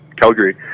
Calgary